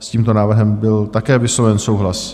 S tímto návrhem byl také vysloven souhlas.